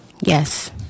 Yes